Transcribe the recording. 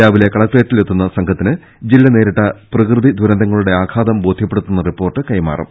രാവിലെ കളക്ട്രേറ്റിൽ എത്തുന്ന സംഘ ത്തിന് ജില്ല നേരിട്ട പ്രകൃതി ദുരന്തങ്ങളുടെ ആഘാതം ബോധ്യ പ്പെടുത്തുന്ന റിപ്പോർട്ട് കൈമാറും